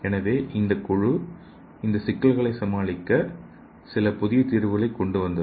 எனவே இந்த குழு இந்த சிக்கல்களை சமாளிக்க சில புதிய தீர்வுகளை கொண்டு வந்தது